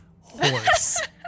Horse